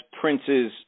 Prince's